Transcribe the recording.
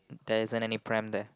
there isn't any pram there